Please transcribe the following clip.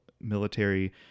military